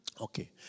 Okay